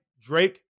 Drake